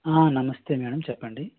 నమస్తే మేడమ్ చెప్పండి